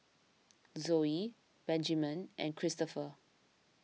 Zoey Benjiman and Kristoffer